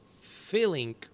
feeling